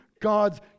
God's